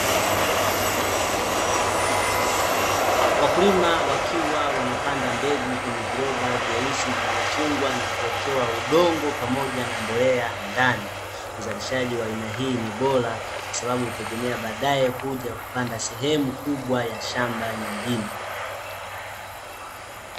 Wakulima wakiwa wanapanda mbegu kwenye viroba vyeusi vilivyofungwa, na kuwekewa udongo pamoja na mbolea ndani. Uzalishaji wa aina hii ni bora, kwa sababu hutegemea baadae kuja kupanda sehehemu kubwa ya shamba nyingine.